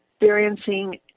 experiencing